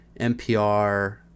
npr